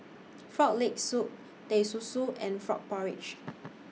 Frog Leg Soup Teh Susu and Frog Porridge